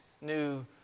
new